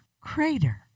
crater